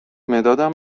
مدادم